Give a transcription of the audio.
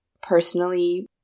personally